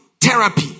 therapy